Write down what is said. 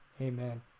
Amen